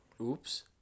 Oops